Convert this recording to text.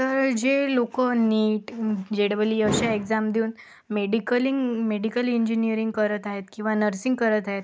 तर जे लोकं नीट जे डबल ई अशा एक्झाम देऊन मेडिकलिंग मेडिकल इंजीनीअरिंग करत आहेत किंवा नर्सिंग करत आहेत